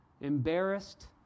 embarrassed